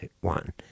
one